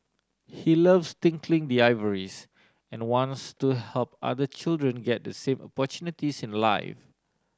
he loves tinkling the ivories and wants to help other children get the same opportunities in life